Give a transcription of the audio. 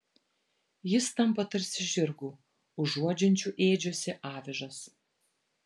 jis tampa tarsi žirgu užuodžiančiu ėdžiose avižas